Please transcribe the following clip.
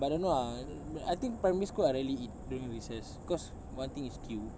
but I don't know ah I think primary school I rarely eat during recess cause one thing is queue